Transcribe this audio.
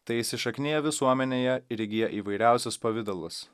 tai įsišaknija visuomenėje ir įgyja įvairiausius pavidalus